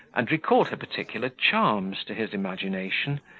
and recalled her particular charms to his imagination,